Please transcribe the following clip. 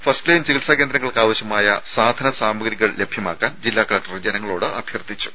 first line ചികിത്സാകേന്ദ്രങ്ങൾക്കാവശ്യമായ സാധന സാമഗ്രികൾ ലഭ്യമാക്കാൻ ജില്ലാ കലക്ടർ ജനങ്ങളോട് അഭ്യർഥിച്ചു